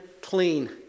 clean